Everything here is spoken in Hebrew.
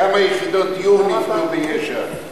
כמה יחידות דיור נבנו ביש"ע, זה החשוב.